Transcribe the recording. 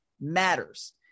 matters